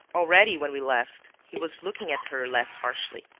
already, when we left, he was looking at her less harshly.